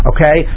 Okay